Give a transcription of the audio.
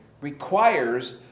requires